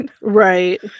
Right